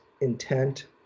intent